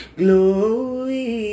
glory